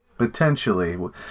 Potentially